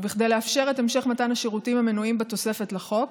וכדי לאפשר את המשך מתן השירותים המנויים בתוספת לחוק,